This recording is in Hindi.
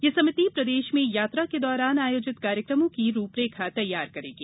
यह समिति प्रदेश में यात्रा के दौरान आयोजित कार्यक्रमों की रूपरेखा तैयार करेगी